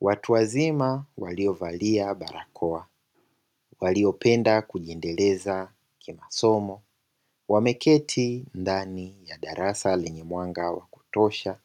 Watuwazima waliovalia barakoa waliopenda kujiendeleza kimasomo, wameketi ndani ya darasa lenye mwanga wa kutosha